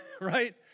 right